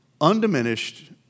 undiminished